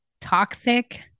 toxic